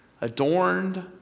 adorned